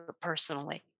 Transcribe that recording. personally